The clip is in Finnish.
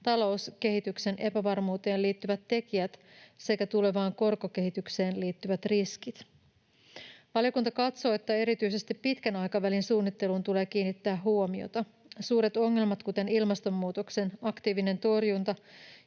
talouskehityksen epävarmuuteen liittyvät tekijät sekä tulevaan korkokehitykseen liittyvät riskit. Valiokunta katsoo, että erityisesti pitkän aikavälin suunnitteluun tulee kiinnittää huomiota. Suuret ongelmat, kuten ilmastonmuutoksen aktiivinen torjunta